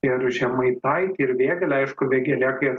ir žemaitaitį ir vėgėlę aišku vėgėlė kai ant